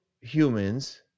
humans